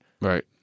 Right